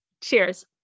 Cheers